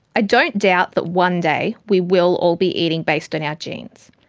i don't doubt that one day we will all be eating based on our genes,